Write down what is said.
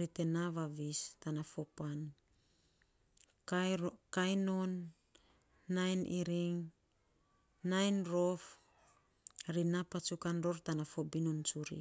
Ri te naa vavis tan fo pan kainy kainy non nainy iring, nainy rof, ri naa patsukan ror tana fo binun tsuri.